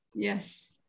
yes